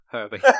Herbie